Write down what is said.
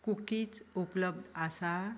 cookies उपलब्द आसा